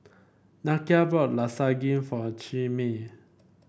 Nakia bought Lasagne for Chimere